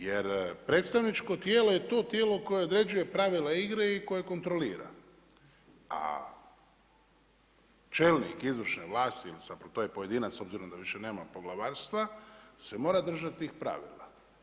Jer predstavničko tijelo je to tijelo koje određuje pravila igre i koje kontrolira a čelnik izvršne vlasti ili to je pojedinac s obzirom da više nema poglavarstva se mora držati pravila.